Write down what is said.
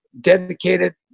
dedicated